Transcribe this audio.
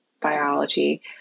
biology